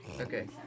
Okay